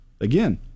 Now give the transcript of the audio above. Again